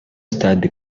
stade